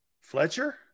Fletcher